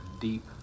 deep